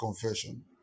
confession